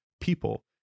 people